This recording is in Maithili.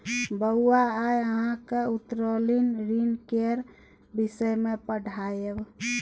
बौआ आय अहाँक उत्तोलन ऋण केर विषय मे पढ़ायब